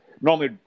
normally